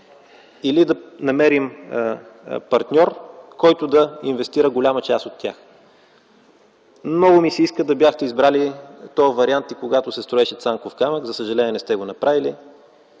или да намерим партньор, който да инвестира голяма част от тях. Много ми се иска да бяхте избрали този вариант и когато се строеше „Цанков камък”. За съжаление, не сте го направили.